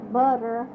butter